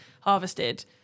harvested